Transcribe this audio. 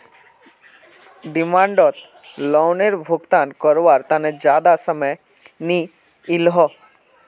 demand लोअनेर भुगतान कारवार तने ज्यादा समय नि इलोह